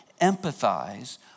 empathize